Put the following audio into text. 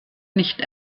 nicht